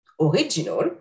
original